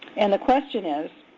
and the question is,